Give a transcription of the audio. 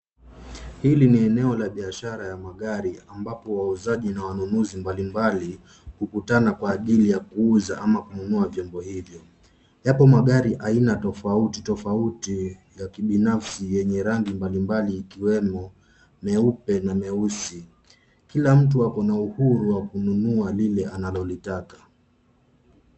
Hili ni eneo la biashara ya magari ambapo wauzaji na wanunuzi mbalimbali hukutana kwa ajili ya kuuza ama kununua vyombo hivyo. Yapo magari aina tofauti tofauti ya kibinafsi yenye rangi mbalimbali ikiwemo meupe na meusi. Kila mtu ako na uhuru wa kununua lile analolitaka.